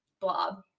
Blob